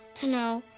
to know,